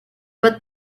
but